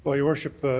your worship,